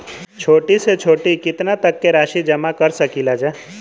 छोटी से छोटी कितना तक के राशि जमा कर सकीलाजा?